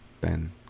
Ben